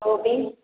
गोभी